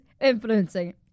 Influencing